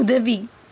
உதவி